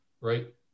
right